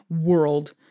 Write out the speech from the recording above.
world